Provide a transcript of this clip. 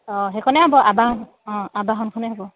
অঁ সেইখনে হ'ব আবাহন অঁ আবাহনখনেই হ'ব